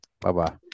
bye-bye